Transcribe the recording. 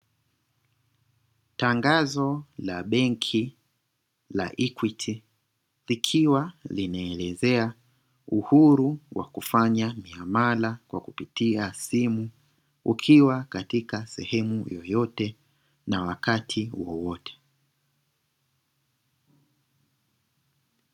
Tangazo la benki la "equity" likiwa linaelezea uhuru wa kufanya miamala kwa kupitia simu, ukiwa katika sehemu yeyote na wakati wowote.